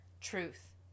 Truth